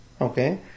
okay